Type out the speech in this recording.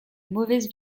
mauvaise